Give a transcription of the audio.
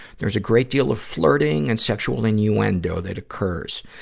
there's a great deal of flirting and sexual innuendo that occurs.